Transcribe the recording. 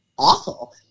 Awful